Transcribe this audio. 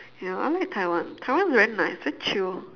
ya I like taiwan taiwan is very nice very chill